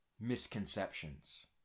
misconceptions